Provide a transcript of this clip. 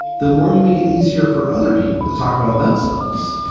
the more you make it easier for other people to talk about themselves